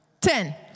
Ten